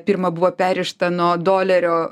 pirma buvo perrišta nuo dolerio